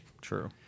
True